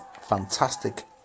Fantastic